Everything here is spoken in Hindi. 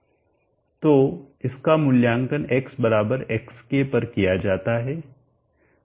तो इसका मूल्यांकन x xk पर किया जाता है